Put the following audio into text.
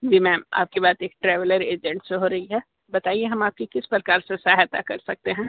जी ma'am आपकी बात एक ट्रैवलर एजेंट से हो रही है बताइए हम आपकी किस प्रकार से सहायता कर सकते हैं